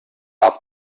off